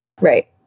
Right